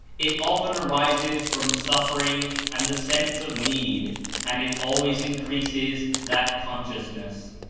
it often arises from suffering and the sense of need and it always increases that consciousness.